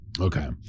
okay